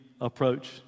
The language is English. approach